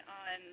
on